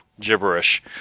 gibberish